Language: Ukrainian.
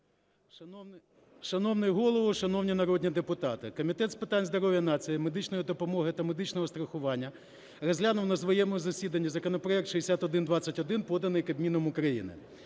Шановний Голово! Шановні народні депутати! Комітет з питань здоров’я нації, медичної допомоги та медичного страхування розглянув на своєму засіданні законопроект 6121, поданий Кабміном України.